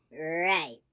Right